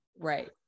Right